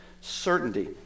certainty